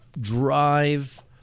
drive